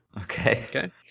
Okay